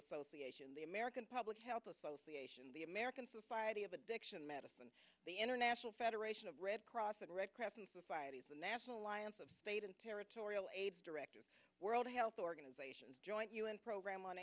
association the american public health association the american society of addiction medicine the international federation of red cross and red crescent societies the national alliance of state and territorial aids director world health organization joint program on